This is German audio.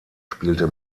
spielte